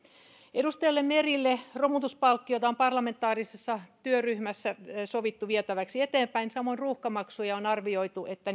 edustaja merelle romutuspalkkiota on parlamentaarisessa työryhmässä sovittu vietäväksi eteenpäin samoin on arvioitu että